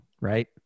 right